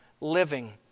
living